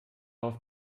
auf